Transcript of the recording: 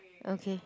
okay